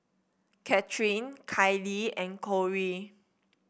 Catherine Kayli and Cori